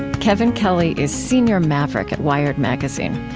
kevin kelly is senior maverick at wired magazine.